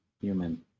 human